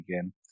again